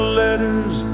letters